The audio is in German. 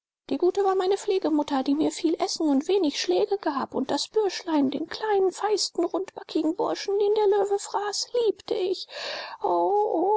die gute war meine pflegemutter die mir viel essen und wenig schläge gab und das bürschlein den kleinen feisten rundbackigen burschen den der löwe fraß liebte ich o